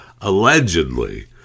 allegedly